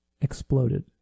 exploded